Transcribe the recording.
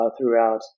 throughout